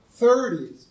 30s